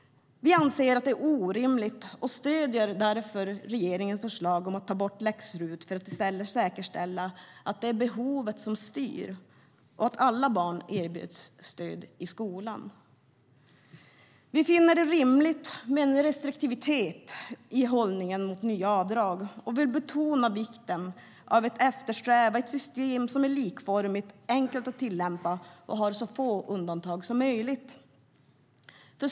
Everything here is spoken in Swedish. Vi anser att det är orimligt och stöder därför regeringens förslag om att ta bort läx-RUT för att i stället säkerställa att det är behovet som styr och att alla barn ska erbjudas stöd i skolan. Vi finner det rimligt med en restriktivitet i hållningen mot nya avdrag, och vi vill betona vikten av att eftersträva ett system som är likformigt, enkelt att tillämpa och har så få undantag som möjligt.